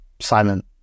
silent